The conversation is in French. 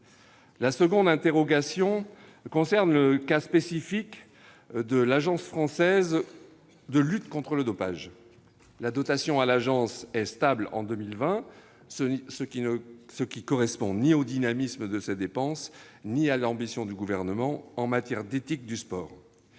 La seconde interrogation porte sur le cas spécifique de l'Agence française de lutte contre le dopage (AFLD). La dotation à l'Agence est stable en 2020, ce qui ne correspond ni au dynamisme de ses dépenses ni à l'ambition du Gouvernement en matière d'éthique du sport.